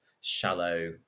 shallow